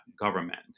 government